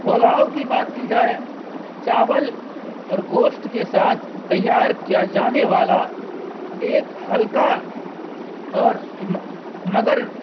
پلاؤ کی بات کی جائے چاول اور گوشت کے ساتھ تیار کیا جانے والا ایک ہلکا اور مگر